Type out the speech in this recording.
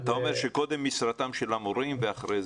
אתה אומר שקודם משרתם של המורים ואחר כך,